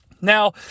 Now